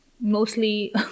mostly